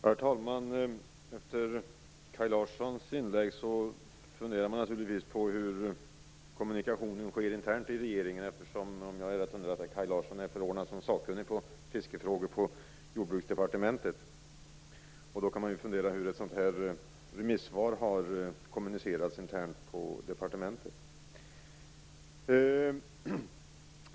Herr talman! Efter Kaj Larssons inlägg funderar man naturligtvis på hur kommunikationen sker intern i regeringen. Om jag är rätt underrättad är Kaj Larsson förordnad som sakkunnig i fiskefrågor på Jordbruksdepartementet. Man kan ju undra hur ett sådant här svar har kommunicerats internt på departementet. Herr talman!